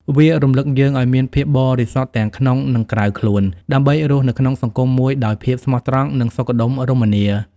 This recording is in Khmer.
វារំឭកយើងឱ្យមានភាពបរិសុទ្ធទាំងក្នុង និងក្រៅខ្លួន ដើម្បីរស់នៅក្នុងសង្គមមួយដោយភាពស្មោះត្រង់ និងសុខដុមរមនា។។